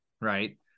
right